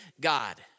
God